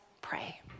pray